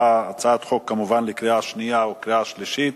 הצעת חוק לקריאה שנייה וקריאה שלישית.